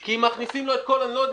כי מכניסים לו את כל ה אני לא יודע